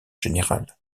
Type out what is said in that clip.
général